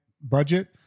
budget